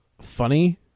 funny